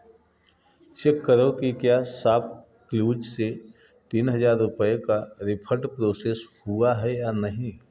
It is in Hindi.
चेक करो कि क्या सापक्लूज से तीन हज़ार रुपये का रिफंड प्रोसेस हुआ है या नहीं